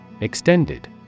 Extended